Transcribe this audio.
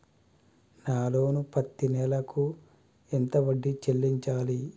నా లోను పత్తి నెల కు ఎంత వడ్డీ చెల్లించాలి?